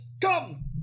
come